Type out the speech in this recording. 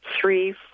three